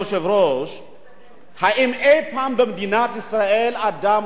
האם אי-פעם במדינת ישראל אדם כלשהו הועמד לדין